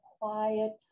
quiet